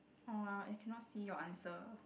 orh I I cannot see your answer